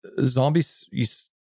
zombies